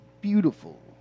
Beautiful